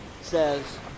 says